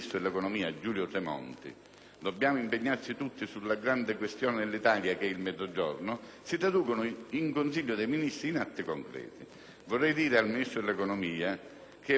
(«dobbiamo impegnarci tutti sulla grande questione dell'Italia che è il Mezzogiorno») si traducano in Consiglio dei Ministri in atti concreti. Vorrei dire al Ministro dell'economia che è vero che uno dei grandi problemi